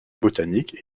botanique